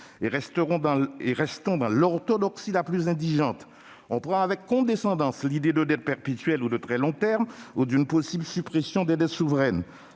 et restons dans l'orthodoxie la plus indigente. On prend avec condescendance l'idée de dettes perpétuelles ou de très long terme, ou celle d'une possible suppression des dettes souveraines.